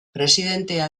presidentea